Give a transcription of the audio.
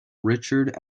richard